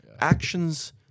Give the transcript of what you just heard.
Actions